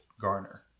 Garner